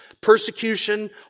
persecution